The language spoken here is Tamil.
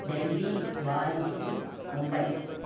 டெல்லி பாரிஸு மும்பை